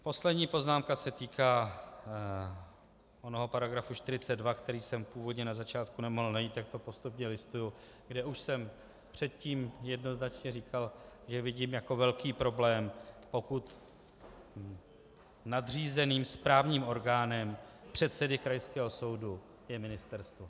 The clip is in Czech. Poslední poznámka se týká onoho § 42, který jsem původně na začátku nemohl najít, jak to postupně listuji, kde už jsem předtím jednoznačně říkal, že vidím jako velký problém, pokud nadřízeným správním orgánem předsedy krajského soudu je ministerstvo.